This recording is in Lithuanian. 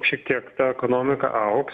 šiek tiek ta ekonomika augs